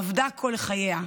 עבדה כל חייה,